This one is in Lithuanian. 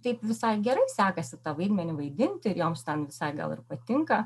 taip visai gerai sekasi tą vaidmenį vaidinti ir joms ten visai gal ir patinka